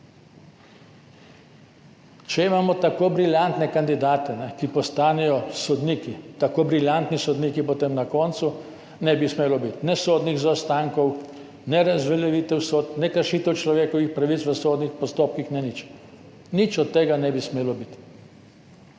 Če imamo tako briljantne kandidate, ki postanejo sodniki, tako briljantni sodniki, potem na koncu ne bi smelo biti ne sodnih zaostankov ne razveljavitev sodb ne kršitev človekovih pravic v sodnih postopkih ne nič. Nič od tega ne bi smelo biti.